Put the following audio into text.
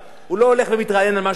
גם כשהוא פורש מהתפקיד שלו.